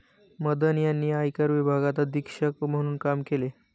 मदन यांनी आयकर विभागात अधीक्षक म्हणून काम केले